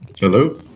Hello